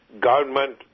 government